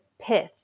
pith